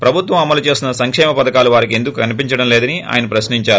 ప్రభుత్వం అమలు చేస్తున్న సంకేమ పథకాలు వారికి ఎందుకు కనిపించడంలేదని ఆయన ప్రశ్నించారు